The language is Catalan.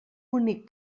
bonic